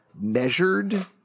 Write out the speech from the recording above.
measured